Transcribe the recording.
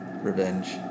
Revenge